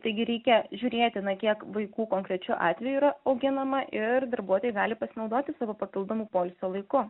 taigi reikia žiūrėti na kiek vaikų konkrečiu atveju yra auginama ir darbuotojai gali pasinaudoti savo papildomu poilsio laiku